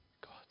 God